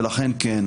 כן.